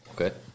Okay